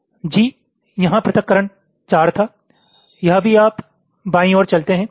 G यहाँ पृथक्करण 4 था यह भी आप बाईं ओर चलते हैं